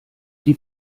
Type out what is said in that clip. die